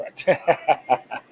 correct